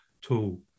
tool